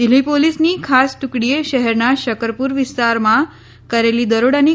દિલ્ઠી પોલીસની ખાસ ટ્રકડીએ શહેરના શકરપુર વિસ્તારમાં કરેલી દરોડની